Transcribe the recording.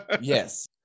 Yes